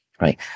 right